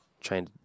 trying